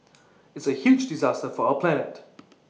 it's A huge disaster for our planet